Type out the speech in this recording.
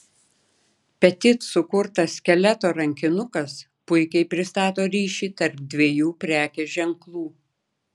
petit sukurtas skeleto rankinukas puikiai pristato ryšį tarp dviejų prekės ženklų